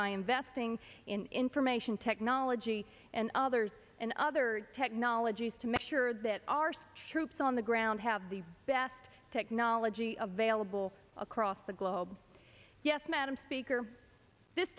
by investing in information technology and others and other technologies to make sure that our so troops on the ground have the best technology available across the globe yes madam speaker this